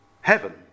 heaven